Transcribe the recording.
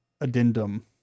addendum